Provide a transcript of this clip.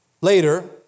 later